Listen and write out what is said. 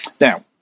Now